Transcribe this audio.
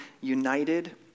United